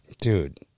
Dude